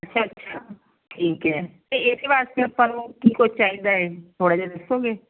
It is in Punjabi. ਅੱਛਾ ਅੱਛਾ ਠੀਕ ਹੈ ਅਤੇ ਇਹਦੇ ਵਾਸਤੇ ਆਪਾਂ ਨੂੰ ਕੀ ਕੁਝ ਚਾਹੀਦਾ ਏ ਥੋੜ੍ਹਾ ਜਿਹਾ ਦੱਸੋਗੇ